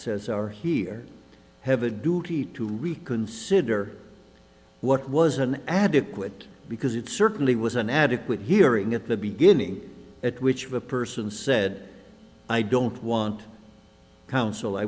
says are here have a duty to reconsider what was an adequate because it certainly was an adequate hearing at the beginning at which a person said i don't want counsel i